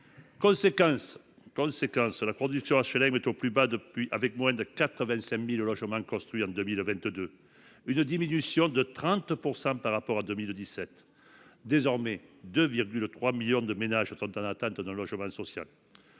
conséquence en est une production HLM au plus bas, avec moins de 85 000 logements construits en 2022, soit une diminution de 30 % par rapport à 2017. Désormais, 2,3 millions de ménages sont en attente d'un logement social.